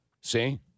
See